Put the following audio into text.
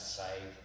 save